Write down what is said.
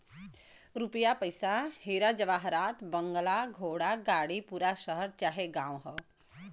रुपिया पइसा हीरा जवाहरात बंगला घोड़ा गाड़ी पूरा शहर चाहे गांव हौ